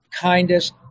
kindest